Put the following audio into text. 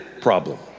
problem